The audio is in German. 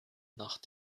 nach